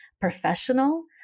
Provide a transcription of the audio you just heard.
professional